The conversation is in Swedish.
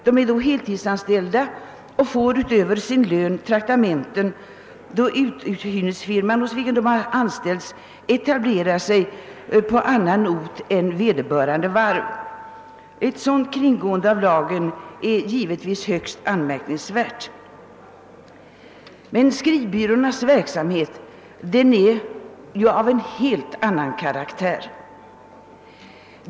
Arbetarna är heltidsanställda och får utöver sin lön traktamenten, då uthyrningsfirman, hos vilken de anställs, etablerat sig på annan ort än vederbörande varv. Ett sådant kringgående av lagen är givetvis högst anmärkningsvärt. Men skrivbyråernas verksamhet är ju av en helt annan karaktär.